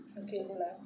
okayay lah